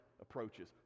approaches